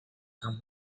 come